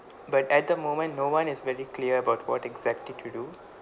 but at the moment no one is very clear about what exactly to do